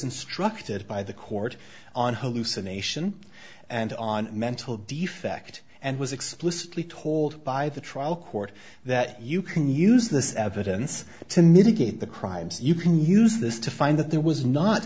instructed by the court on hallucination and on mental defect and was explicitly told by the trial court that you can use this evidence to mitigate the crimes you can use this to find that there was not